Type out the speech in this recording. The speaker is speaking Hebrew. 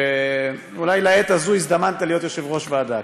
שאולי לעת הזאת הזדמנת להיות יושב-ראש ועדה,